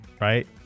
right